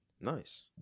Nice